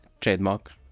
Trademark